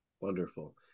Wonderful